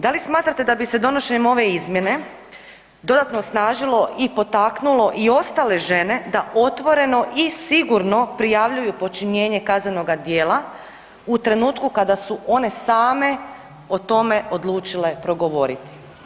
Da li smatrate da bi se donošenjem ove izmjene dodatno osnažilo i potaknulo i ostale žene da otvoreno i sigurno prijavljuju počinjenje kaznenoga djela u trenutku kada su one same o tome odlučile progovoriti?